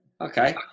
Okay